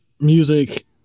music